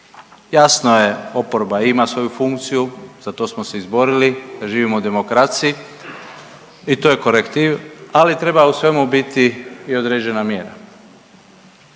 Jasno je, oporba i ima svoju funkciju, za to smo se izborili da živimo u demokraciji i to je korektiv, ali treba u svemu biti i određena mjera.